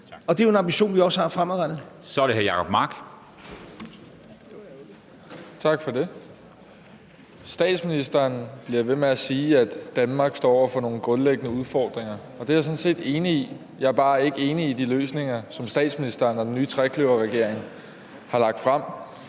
er det hr. Jacob Mark. Kl. 22:51 Jacob Mark (SF): Tak for det. Statsministeren bliver ved med at sige, at Danmark står over for nogle grundlæggende udfordringer, og det er jeg sådan set enig i, jeg er bare ikke enig i de løsninger, som statsministeren og den nye trekløverregering har lagt frem.